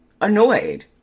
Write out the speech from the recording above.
annoyed